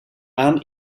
aan